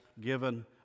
given